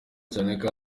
kandi